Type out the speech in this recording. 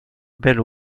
belle